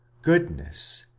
goodness,